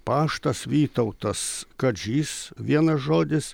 paštas vytautas kadžys vienas žodis